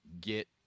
get